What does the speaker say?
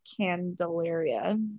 Candelaria